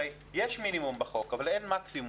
הרי יש מינימום בחוק אבל אין מקסימום.